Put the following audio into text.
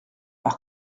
par